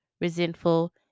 resentful